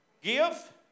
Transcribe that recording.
Give